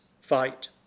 fight